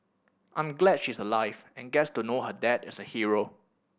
I'm glad she's alive and gets to know her dad is a hero